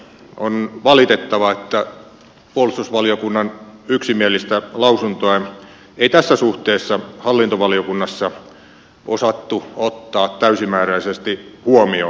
on valitettavaa että puolustusvaliokunnan yksimielistä lausuntoa ei tässä suhteessa hallintovaliokunnassa osattu ottaa täysimääräisesti huomioon